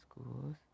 schools